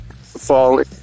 falling